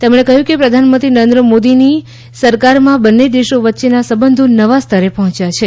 તેમણે કહ્યું કે પ્રધાનમંત્રી નરેન્દ્ર મોદીની સરકારમાં બંને દેશો વચ્ચેના સંબંધો નવા સ્તરે પહોચ્યા છે